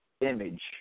image